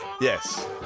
Yes